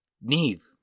Neve